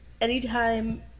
anytime